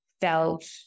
felt